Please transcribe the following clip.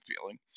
feeling